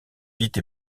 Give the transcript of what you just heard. vite